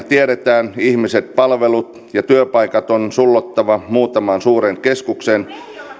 tiedetään ihmiset palvelut ja työpaikat on sullottava muutamaan suureen keskukseen